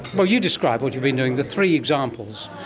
well, you describe what you've been doing, the three examples.